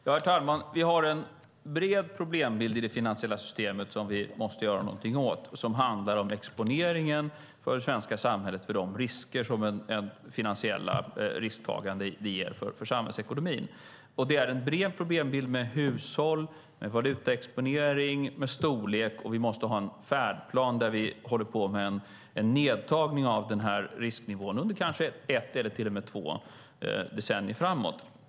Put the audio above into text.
Herr talman! Vi har en bred problembild i det finansiella systemet som vi måste göra någonting åt, och det handlar om exponeringen i det svenska samhället för de risker som det finansiella risktagandet ger för samhällsekonomin. Det är en bred problembild med hushåll, med valutaexponering, med storlek, och vi måste ha en färdplan där vi håller på med en nedtagning av risknivån under kanske ett eller till och med två decennier framåt.